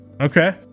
Okay